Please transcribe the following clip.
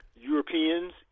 Europeans